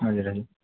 हजुर हजुर